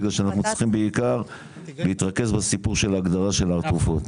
בגלל שאנחנו צריכים בעיקר להתרכז בסיפור של ההגדרה של התרופות,